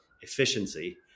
efficiency